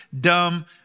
dumb